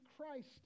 Christ